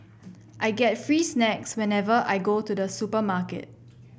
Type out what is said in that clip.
I get free snacks whenever I go to the supermarket